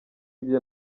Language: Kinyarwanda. ibye